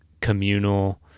communal